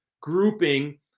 grouping